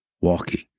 walking